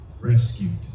rescued